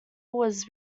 was